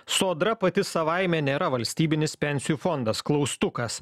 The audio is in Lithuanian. sodra pati savaime nėra valstybinis pensijų fondas klaustukas